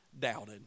doubted